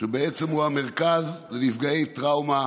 הוא המרכז לנפגעי טראומה